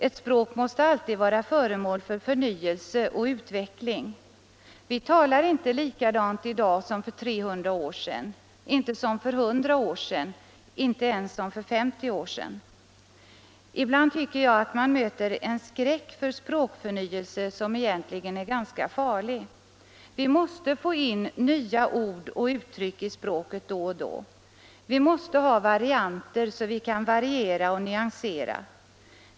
Ett språk måste alltid vara föremål för förnyelse och utveckling. Vi talar inte likadant i dag som för 300 år sedan, inte heller som för 100 år sedan, inte ens som för 50 år sedan. Ibland tycker jag att man möter en skräck för språkförnyelse, som egentligen är ganska farlig. Vi måste få in nya ord och uttryck i språket då och då. Vi måste ha varianter, så att vi kan variera och nyansera.